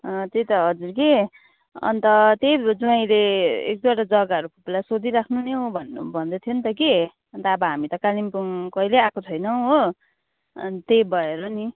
अँ त्यही त हजुर कि अन्त त्यही ज्वाइँले एक दुईवटा जग्गाहरू फुपूलाई सोधिराख्नु नि हौ भन्नु भन्दैथ्यो नि त कि अन्त अब हामी त कालिम्पोङ कहिले आएको छैनौँ हो अनि त्यही भएर नि